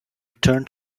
return